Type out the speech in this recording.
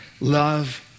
love